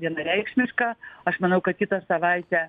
vienareikšmiška aš manau kad kitą savaitę